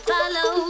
Follow